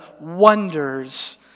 wonders